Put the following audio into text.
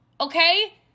okay